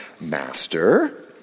Master